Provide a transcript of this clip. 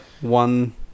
one